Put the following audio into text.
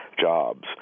jobs